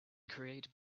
create